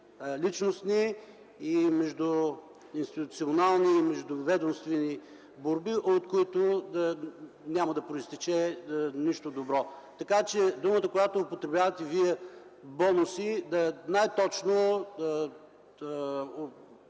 личностни и междуинституционални, междуведомствени борби, от които няма да произтече нищо добро. Така че думата, която употребявате Вие – „бонуси”, най-точно